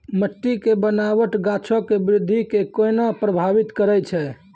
मट्टी के बनावट गाछो के वृद्धि के केना प्रभावित करै छै?